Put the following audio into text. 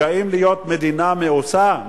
מתגאים להיות מדינה מאוסה?